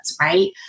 right